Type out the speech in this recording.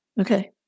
Okay